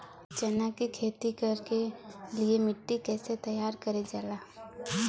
चना की खेती कर के लिए मिट्टी कैसे तैयार करें जाला?